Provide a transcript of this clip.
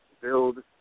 build